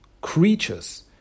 creatures